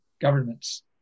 governments